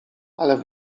ale